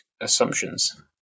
assumptions